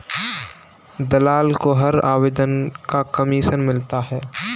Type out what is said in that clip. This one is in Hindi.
दलाल को हर आवेदन का कमीशन मिलता है